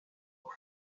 aux